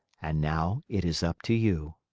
and now it is up to you.